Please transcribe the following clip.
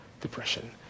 depression